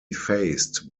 faced